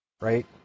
Right